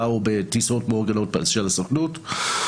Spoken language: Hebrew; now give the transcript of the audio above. באו בטיסות מאורגנות של הסוכנות,